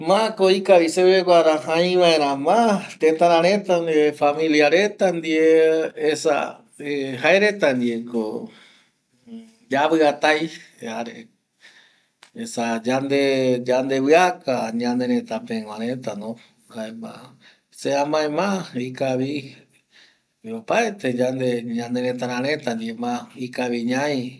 Mako ikavi seve guara äi väera familia reta ndie, tëtara reta ndie esa jaereta ndieko yavɨatai jare esa yande yandevɨaka ñanerëta pëgua retano jaema se amae ma ikavi opaete yande ñanerëtara reta ndie ma ikavi ñai